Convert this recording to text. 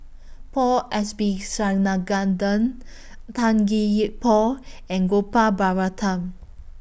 Paul Tan Gee Paw and Gopal Baratham